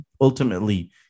ultimately